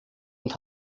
und